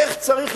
איך צריך,